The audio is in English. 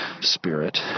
spirit